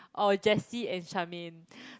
or Jessie and Charmaine